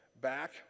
back